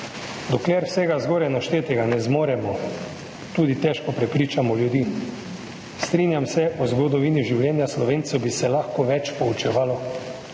Dokler vsega zgoraj naštetega ne zmoremo, tudi težko prepričamo ljudi. Strinjam se, o zgodovini življenja Slovencev bi se lahko več poučevalo.